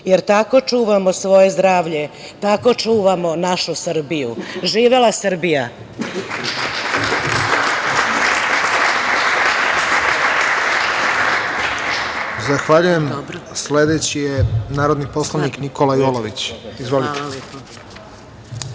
jer tako čuvamo svoje zdravlje, tako čuvamo našu Srbiju. Živela Srbija. **Radovan Tvrdišić** Zahvaljujem. Sledeći je narodni poslanik Nikola Jolović. Izvolite.